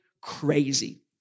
crazy